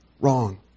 wrong